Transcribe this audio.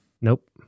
Nope